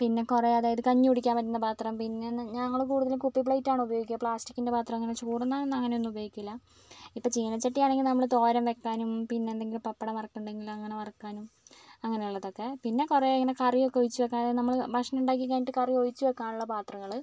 പിന്നെ കുറെ അതായത് കഞ്ഞി കുടിക്കാൻ പറ്റുന്ന പാത്രം പിന്നെ ഞങ്ങൾ കൂടുതലും കുപ്പി പ്ലേറ്റാണ് ഉപയോഗിക്കുക പ്ലാസ്റ്റിക്കിൻ്റെ പത്രമങ്ങനെ ചോറുണ്ണാനൊന്നും അങ്ങനൊന്നും ഉപയോഗിക്കില്ല ഇപ്പോൾ ചീനച്ചട്ടി ആണെങ്കിൽ നമ്മൾ തോരൻ വെക്കാനും പിന്നെ എന്തെങ്കിലും പപ്പടം വറക്കുന്നുണ്ടെങ്കിൽ അങ്ങനെ വറക്കാനും അങ്ങനുള്ളതൊക്കെ പിന്നെ കുറെ ഇങ്ങനെ കറിയൊക്കെ ഒഴിച്ചുവെക്കാൻ നമ്മൾ ഭക്ഷണം ഉണ്ടാക്കി കഴിഞ്ഞിട്ട് കറി ഒഴിച്ചുവെക്കാനുള്ള പാത്രങ്ങൾ